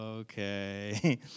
okay